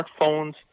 smartphones